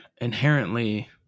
inherently